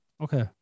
Okay